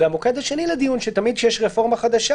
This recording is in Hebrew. המוקד השני לדיון: תמיד כשיש רפורמה חדשה,